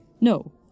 No